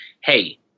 hey